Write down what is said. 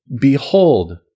Behold